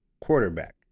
quarterback